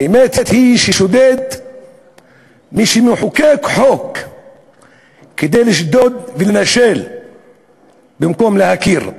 האמת היא ששודד מי שמחוקק חוק כדי לשדוד ולנשל במקום להכיר,